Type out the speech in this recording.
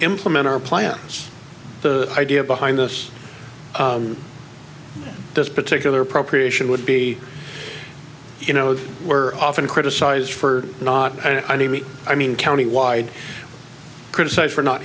implement our plans the idea behind this this particular appropriation would be you know we're often criticized for not id i mean countywide criticized for not